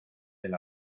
del